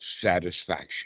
satisfaction